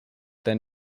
then